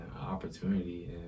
opportunity